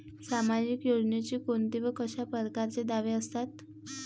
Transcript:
सामाजिक योजनेचे कोंते व कशा परकारचे दावे असतात?